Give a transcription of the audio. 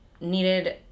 needed